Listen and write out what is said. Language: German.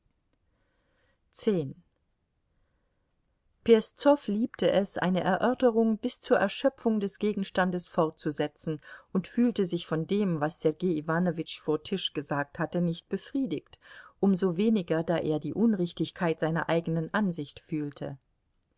peszow liebte es eine erörterung bis zur erschöpfung des gegenstandes fortzusetzen und fühlte sich von dem was sergei iwanowitsch vor tisch gesagt hatte nicht befriedigt um so weniger da er die unrichtigkeit seiner eigenen ansicht fühlte